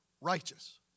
righteous